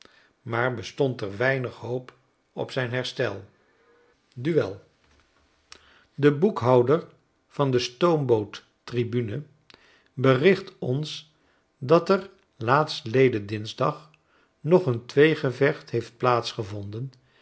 maar bestond er weiriig hoop op zijn herstel duel de boekhouder van de stoomboot tribune bericht ons dat er laatstleden dinsdag nog een tweegcvecht heefc